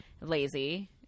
Lazy